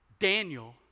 Daniel